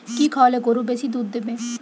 কি খাওয়ালে গরু বেশি দুধ দেবে?